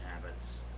habits